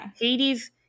hades